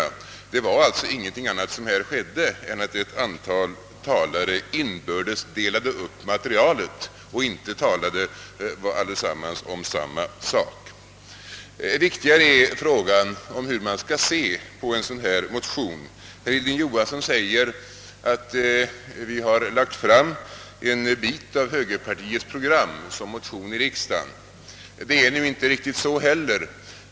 Vad som här skedde var alltså ingenting annat än att ett antal talare inbördes delade upp materialet och inte talade alla om samma sak. Viktigare är frågan om hur man skall se på en sådan motion. Herr Johansson i Trollhättan säger att vi har lagt fram en del av högerpartiets program som motion i riksdagen. Det är ju inte riktigt så heller.